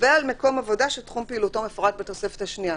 ועל מקום עבודה שתחום פעילותו מפורט בתוספת השנייה.